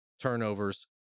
Turnovers